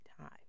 time